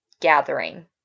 Gathering